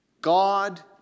God